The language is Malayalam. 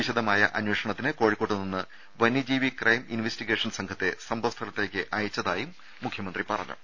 വിശദമായ അന്വേഷണത്തിന് കോഴിക്കോട്ട് നിന്ന് വന്യജീവി ക്രൈം ഇൻവെസ്റ്റിഗേഷൻ സംഘത്തെ സംഭവ സ്ഥലത്തേക്ക് അയച്ചതായും മുഖ്യമന്ത്രി പറഞ്ഞു